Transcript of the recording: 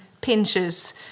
pinches